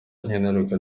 nkenerwa